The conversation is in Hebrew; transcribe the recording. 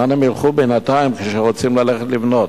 לאן הם ילכו בינתיים כשרוצים ללכת ללמוד?